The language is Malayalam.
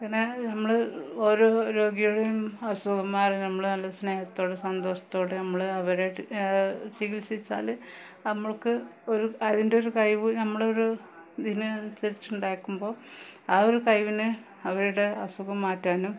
പിന്നെ നമ്മള് ഓരോ രോഗികളുടെയും അസുഖം മാറി നമ്മള് നല്ല സ്നേഹത്തോടെ സന്തോഷത്തോടെ നമ്മള് അവരെ ചികിൽസിച്ചാല് നമ്മൾക്ക് ഒരു അതിൻറ്റൊരു കഴിവ് നമ്മുടെയൊരു ഇതിനനുസരിച്ചുണ്ടാക്കുമ്പോള് ആ ഒരു കഴിവിന് അവരുടെ അസുഖം മാറ്റാനും